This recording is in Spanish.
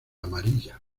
amarilla